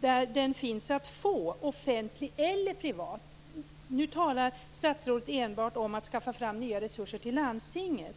där den finns att få, offentlig eller privat, minskar det lidandet, och det frigörs resurser till mer vård. Nu talar statsrådet enbart om att skaffa fram nya resurser till landstingen.